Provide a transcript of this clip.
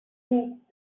heed